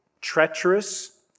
treacherous